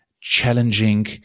challenging